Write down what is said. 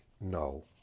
No